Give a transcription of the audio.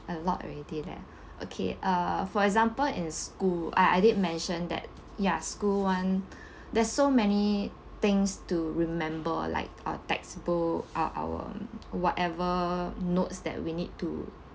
a lot already leh okay uh for example in school I I did mention that ya school [one] there's so many things to remember like uh textbook or or whatever notes that we need to